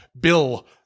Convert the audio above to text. Bill